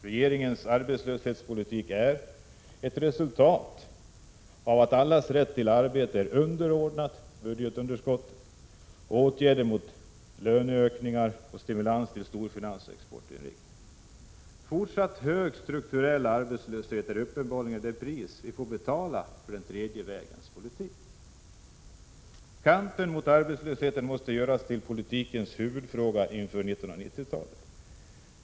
Regeringens arbetslöshetspolitik är ett resultat av att målet allas rätt till arbete är underordnat budgetunderskottet och åtgärder mot löneökningar och för stimulans till storfinans och exportinriktning. Fortsatt hög strukturell arbetslöshet är uppenbarligen det pris vi får betala för den tredje vägens politik. Kampen mot arbetslösheten måste göras till politikens huvudfråga inför 1990-talet.